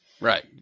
Right